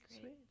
great